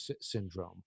syndrome